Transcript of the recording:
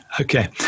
Okay